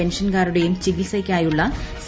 പെൻഷൻകാരുടെയും ചികിത്സയ്ക്കായുള്ള സി